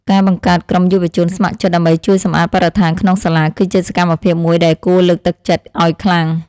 ការបង្កើតក្រុមយុវជនស្ម័គ្រចិត្តដើម្បីជួយសម្អាតបរិស្ថានក្នុងសាលា គឺជាសកម្មភាពមួយដែលគួរលើកទឹកចិត្តឱ្យខ្លាំង។